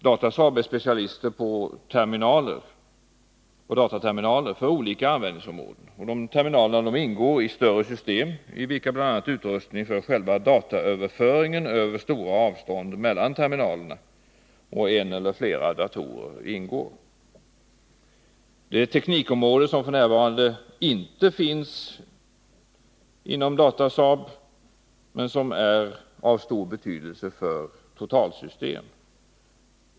Data och de ingår i större system i vilka bl.a. utrustning för själva dataöverföringen över stora avstånd mellan terminaler och en eller flera datorer ingår. b är specialist på dataterminaler för olika användningsområden, Det är ett teknikområde som f. n. inte finns inom Datasaab men som är av stor betydelse för det totala systemet.